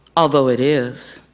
although it is.